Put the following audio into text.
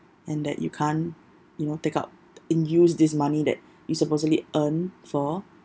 and that you can't you know take up in use this money that you supposedly earned for